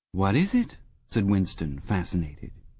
what is it said winston, fascinated.